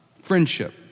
friendship